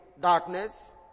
Darkness